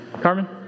Carmen